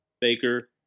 Baker